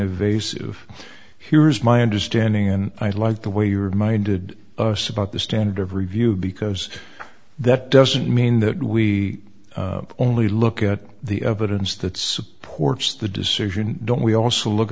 evasive here's my understanding and i like the way you're minded us about the standard of review because that doesn't mean that we only look at the evidence that supports the decision don't we also look